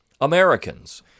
Americans